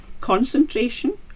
Concentration